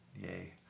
Yay